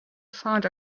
found